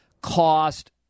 cost